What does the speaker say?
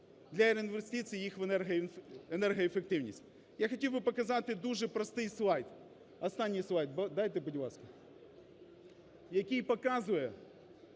для реінвестицій їх в енергоефективність. Я хотів би показати дуже простий слайд (останній слайд дайте, будь ласка), який показує